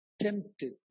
tempted